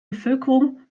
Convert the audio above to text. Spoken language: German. bevölkerung